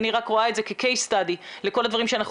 אני רק רואה את זה כ-קייס סטאדי לכל הדברים שאנחנו